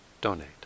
donate